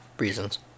Reasons